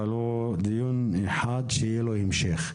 אבל הוא דיון ראשון, שיהיה לו המשך.